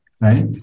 right